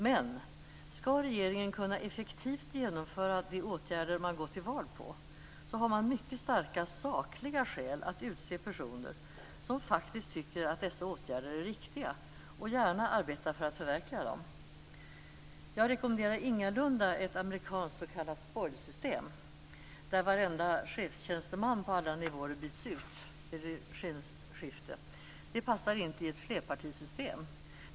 Men om regeringen effektivt skall kunna vidta de åtgärder som den har gått till val på har den mycket starka sakliga skäl att utse personer som faktiskt tycker att dessa åtgärder är riktiga och gärna arbetar för att förverkliga dem. Jag rekommenderar ingalunda ett amerikanskt s.k. spoil-system, där varenda chefstjänsteman på alla nivåer byts ut vid regeringsskifte. Det passar inte i ett flerpartisystem.